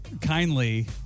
kindly